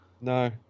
No